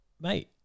Mate